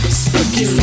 spooky